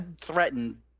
threatened